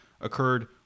occurred